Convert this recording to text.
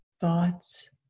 thoughts